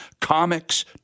comics